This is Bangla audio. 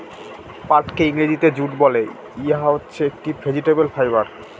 পাটকে ইংরেজিতে জুট বলে, ইটা হচ্ছে একটি ভেজিটেবল ফাইবার